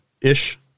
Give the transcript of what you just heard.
ish